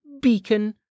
beacon